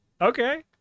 okay